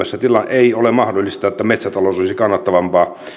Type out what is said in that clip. ei ole mahdollista että metsätalous olisi kannattavampaa